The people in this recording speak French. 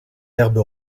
herbe